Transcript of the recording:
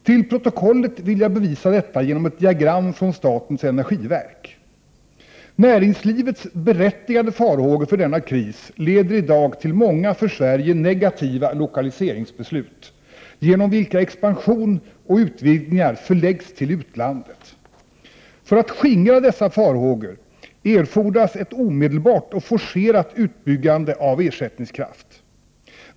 Till protokollet vill jag styrka detta genom ett diagram från statens energiverk. Näringslivets berättigade farhågor för denna kris leder i dag till många för Sverige negativa lokaliseringsbeslut, genom vilka expansion och utvidgningar förläggs till utlandet. För att skingra dessa farhågor erfordras ett omedelbart och forcerat utbyggande av ersättningskraft!